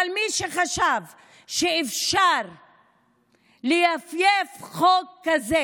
אבל מי שחשב שאפשר לייפייף חוק כזה